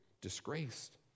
disgraced